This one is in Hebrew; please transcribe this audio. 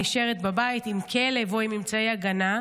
האישה נשארת בבית עם כלב או אמצעי הגנה.